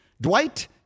Dwight